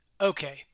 Okay